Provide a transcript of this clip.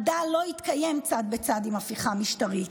מדע לא יתקיים צד בצד עם הפיכה משטרית".